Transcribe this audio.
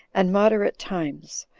and moderate times,